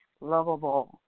lovable